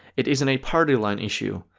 it isn't a party-line issue.